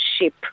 ship